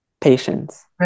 patience